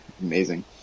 Amazing